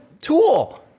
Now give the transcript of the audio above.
tool